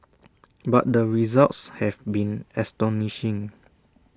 but the results have been astonishing